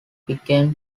began